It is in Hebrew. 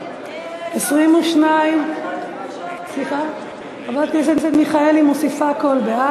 מסדר-היום את הצעת חוק הגנת הצרכן (תיקון,